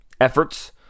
efforts